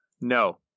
No